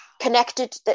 connected